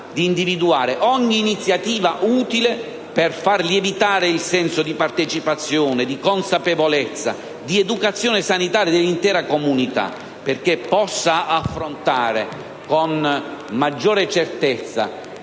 di individuare ogni iniziativa utile a far lievitare il senso di partecipazione, di consapevolezza, di educazione sanitaria dell'intera comunità, affinché questa possa affrontare con maggiore certezza